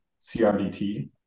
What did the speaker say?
CRDT